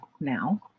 now